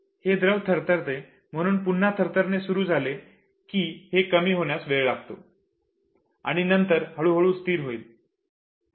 हे द्रव थरथरते म्हणून एकदा थरथरणे सुरू झाले की हे कमी होण्यास वेळ लागेल आणि नंतर हळूहळू स्थिर होईल